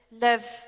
live